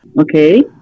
Okay